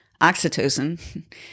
oxytocin